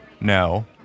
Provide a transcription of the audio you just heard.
no